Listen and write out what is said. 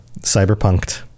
cyberpunked